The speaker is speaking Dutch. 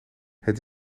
het